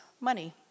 money